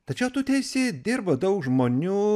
tačiau tu teisi dirba daug žmonių